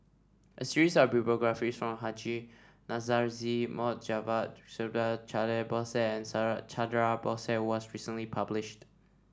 a series of biographies from Haji Namazie Mohd Javad Subhas Chandra Bose and Subhas Chandra Bose was recently published